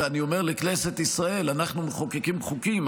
ואני אומר לכנסת ישראל: אנחנו מחוקקים חוקים,